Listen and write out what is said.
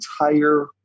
entire